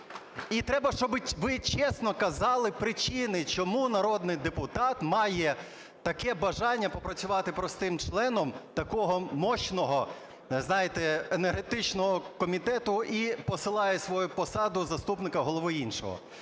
І треба, щоб ви чесно казали причини, чому народний депутат має таке бажання попрацювати простим членом такого мощного, знаєте, енергетичного комітету і посилає свою посаду заступника голови іншого.